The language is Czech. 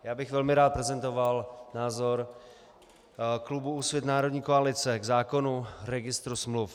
Já bych velmi rád prezentoval názor klubu Úsvit národní koalice k zákonu o registru smluv.